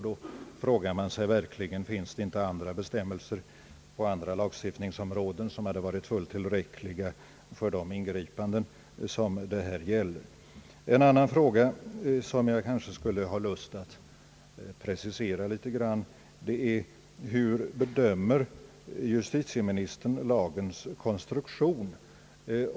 Då frågar man sig verkligen om det inte finns andra bestämmelser på andra lagstiftningsområden som hade varit fullt tillräckliga för de ingripanden det här gällde. En annan fråga som jag skulle ha lust att precisera är: Hur bedömer justitieministern lagens konstruktion?